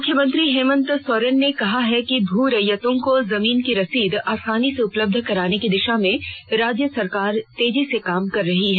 मुख्यमंत्री हेमंत सोरेन ने कहा है कि भू रैयतों को जमीन की रसीद आसानी से उपलब्ध कराने की दिशा में राज्य सरकार तेजी से काम कर रही है